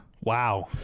Wow